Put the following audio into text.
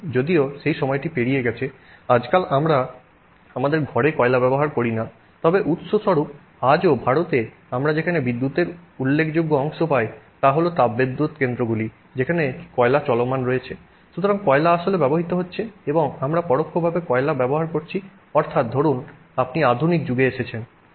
যদিও সেই সময়টি পেরিয়ে গেছে আজকাল আমরা আমাদের ঘরে কয়লা ব্যবহার করি না তবে উদাহরণস্বরূপ আজও ভারতে আমরা যেখানে বিদ্যুতের উল্লেখযোগ্য অংশ পাই তা হল তাপবিদ্যুৎ কেন্দ্রগুলি যেখানে কয়লা চলমান রয়েছে সুতরাং কয়লা আসলে ব্যবহৃত হচ্ছে এবং আমরা পরোক্ষভাবে কয়লা ব্যবহার করছি অর্থাৎ ধরুন আপনি আধুনিক যুগে এসেছেন